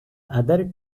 other